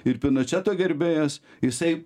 ir pinočeto gerbėjas jisai